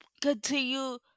continue